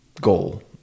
goal